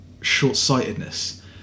short-sightedness